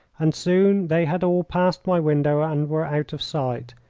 and soon they had all passed my window and were out of sight.